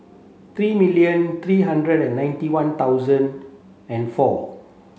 three million three hundred and ninety one thousand and four